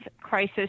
crisis